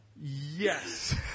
yes